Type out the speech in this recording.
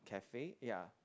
cafe ya